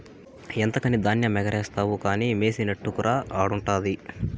ఎంతకని ధాన్యమెగారేస్తావు కానీ మెసినట్టుకురా ఆడుండాది